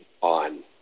on